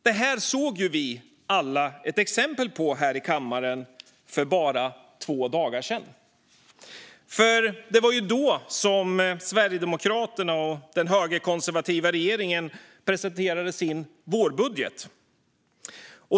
Detta såg vi alla ett exempel på här i kammaren för bara två dagar sedan, då Sverigedemokraterna och den högerkonservativa regeringen presenterade sin vårbudget.